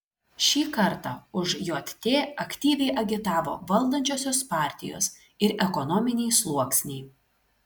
šį kartą už jt aktyviai agitavo valdančiosios partijos ir ekonominiai sluoksniai